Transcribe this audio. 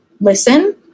listen